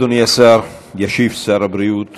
אדוני השר, ישיב שר הבריאות